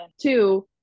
Two